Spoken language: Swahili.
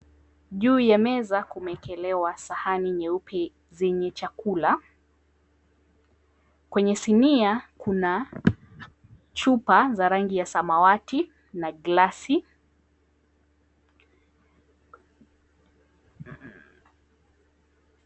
Juu ya meza kumeekelewa sahani nyeupe zenye chakula. Kwenye sinia kuna chupa za rangi ya samawati na glasi.